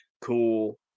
Cool